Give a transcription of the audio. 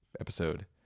episode